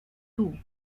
two